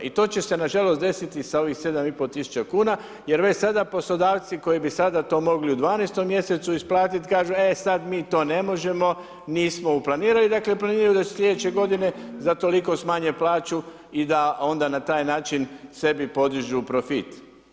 I to će se nažalost desiti i sa ovih 7.500 kuna jer već sada poslodavci koji bi sada to mogli u 12 mjesecu isplatit, e sad mi to ne možemo nismo uplanirali, dakle planiraju da si slijedeće godine za toliko smanje plaću i da onda na taj način sebi podižu profit.